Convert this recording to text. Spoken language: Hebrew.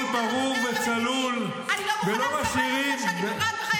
ברור וצלול -- אני לא מוכנה לקבל את זה שאני פוגעת בחיילי צה"ל.